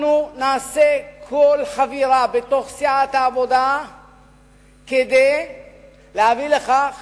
אנחנו נעשה כל חבירה בתוך סיעת העבודה כדי להביא לכך